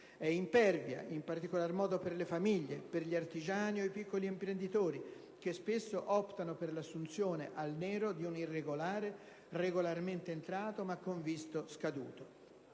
è impervia, in particolar modo per famiglie, artigiani o piccoli imprenditori che spesso optano per l'assunzione (al nero) di un irregolare, regolarmente entrato, ma con visto scaduto.